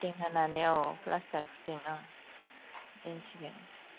फुथिं होनानै औ फ्लाष्टार फुथिं औ